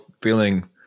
feeling